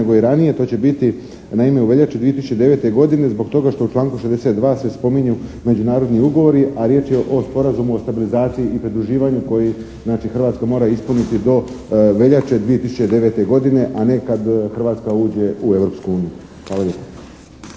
nego i ranije. To će biti naime u veljači 2009. godine zbog toga što u članku 62. se spominju međunarodni ugovori a riječ je o Sporazumu o stabilizaciji i pridruživanju koji znači Hrvatska mora ispuniti do veljače 2009. godine, a ne kad Hrvatska uđe u Europsku uniju. Hvala lijepa.